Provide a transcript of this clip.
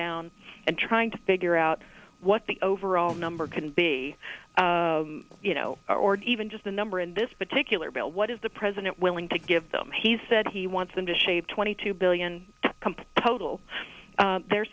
down and trying to figure out what the overall number can be you know or even just the number in this particular bill what is the president willing to give them he said he wants them to shave twenty two billion total they're